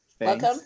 Welcome